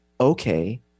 okay